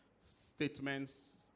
statements